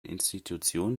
institutionen